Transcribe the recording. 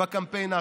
בקמפיין האחרון.